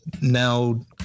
now